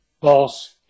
boss